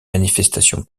manifestation